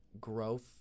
growth